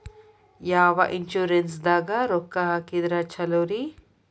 ಯಾವ ಇನ್ಶೂರೆನ್ಸ್ ದಾಗ ರೊಕ್ಕ ಹಾಕಿದ್ರ ಛಲೋರಿ?